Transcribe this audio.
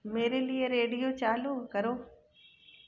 मेरे लिए रेडियो चालू करो